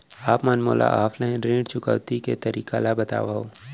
आप मन मोला ऑफलाइन ऋण चुकौती के तरीका ल बतावव?